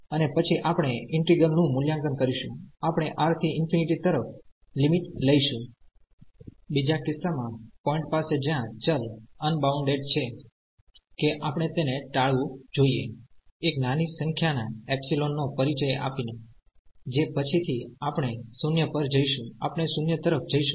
અને પછી આપણે ઈન્ટિગ્રલનું મૂલ્યાંકન કરીશું આપણે R થી ∞ તરફ લિમિટ લઈશું બીજા કિસ્સા માં પોઈન્ટ પાસે જ્યાં ચલ અનબાઉન્ડેડ છે કે આપણે તેને ટાળવું જોઈએ એક નાની સંખ્યાના એપ્સીલોન નો પરિચય આપીને જે પછીથી આપણે 0 પર જઈશું આપણે 0 તરફ જઈશું